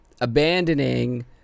abandoning